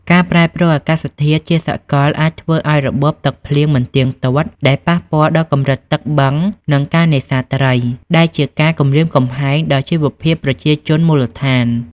ការប្រែប្រួលអាកាសធាតុជាសកលអាចធ្វើឱ្យរបបទឹកភ្លៀងមិនទៀងទាត់ ដែលប៉ះពាល់ដល់កម្រិតទឹកបឹងនិងការនេសាទត្រី ដែលជាការគំរាមកំហែងដល់ជីវភាពប្រជាជនមូលដ្ឋាន។